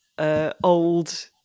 Old